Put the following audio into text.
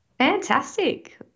Fantastic